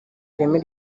ireme